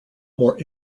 more